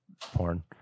Porn